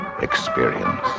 experience